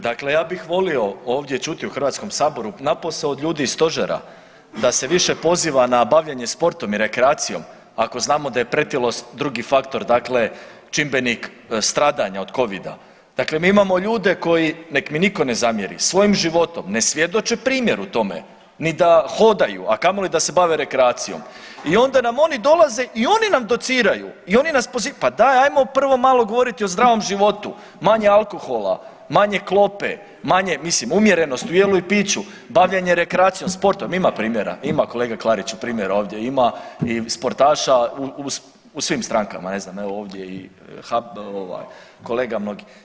Dakle, ja bih volio ovdje čuti u HS napose od ljudi i stožera da se više poziva na bavljenje sportom i rekreacijom ako znamo da je pretilost drugi faktor dakle čimbenik stradanja od covida, dakle mi imamo ljude koji, nek mi niko ne zamjeri, svojim životom ne svjedoče primjeru tome, ni da hodaju, a kamoli da se bave rekreacijom i onda nam oni dolaze i oni nam dociraju i oni nas pozivaju, pa daj ajmo prvo malo govoriti o zdravom životu, manje alkohola, manje klope, manje mislim umjerenost u jelu i piću, bavljenje rekreacijom, sportom, ima primjera, ima kolega Klariću primjera ovdje, ima i sportaša u svim strankama, ne znam evo ovdje i kolega mnogih.